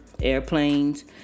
Airplanes